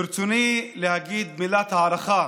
ברצוני להגיד מילת הערכה